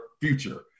future